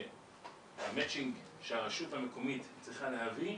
המצ'ינג שהרשות המקומית צריכה להביא,